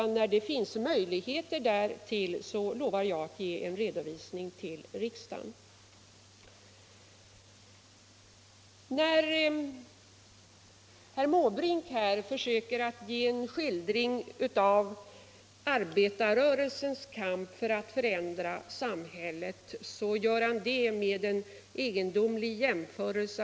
När det finns möjligheter därtill lovar jag att ge en redovisning till riksdagen. När herr Måbrink försökte skildra arbetarrörelsens kamp för att förändra samhället gjorde han en egendomlig jämförelse.